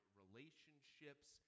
relationships